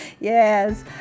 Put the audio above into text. yes